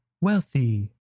Wealthy